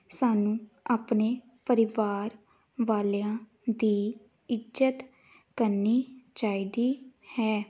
ਸਾਨੂੰ ਆਪਣੇ ਪਰਿਵਾਰ ਵਾਲਿਆਂ ਦੀ ਇੱਜਤ ਕਰਨੀ ਚਾਹੀਦੀ ਹੈ